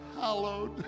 hallowed